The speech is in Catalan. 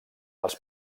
els